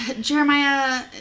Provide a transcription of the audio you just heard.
Jeremiah